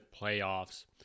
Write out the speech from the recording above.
playoffs